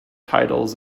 titles